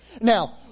Now